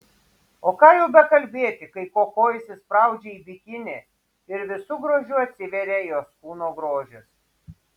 o ką jau bekalbėti kai koko įsispraudžia į bikinį ir visu grožiu atsiveria jos kūno grožis